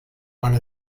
one